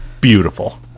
Beautiful